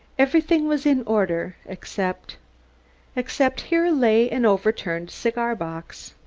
everything was in order, except except here lay an overturned cigar-box.